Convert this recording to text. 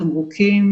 תמרוקים